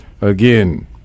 again